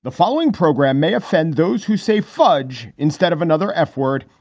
the following program may offend those who say fudge instead of another f word.